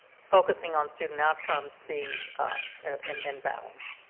focusing on student outcomes be in in balance.